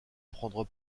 prendre